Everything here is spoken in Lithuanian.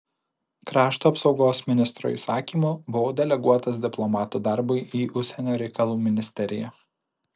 krašto apsaugos ministro įsakymu buvau deleguotas diplomato darbui į užsienio reikalų ministeriją